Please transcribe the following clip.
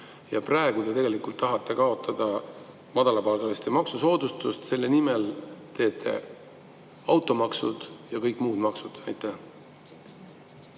aga praegu te tegelikult tahate kaotada madalapalgaliste maksusoodustust ning selle nimel teete automaksu ja kõik muud maksud. Aitäh!